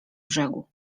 brzegu